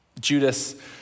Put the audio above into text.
Judas